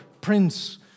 Prince